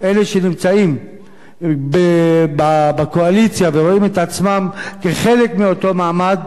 אלה שנמצאים בקואליציה ורואים את עצמם חלק מאותו מעמד,